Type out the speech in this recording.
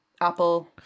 apple